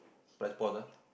press pause ah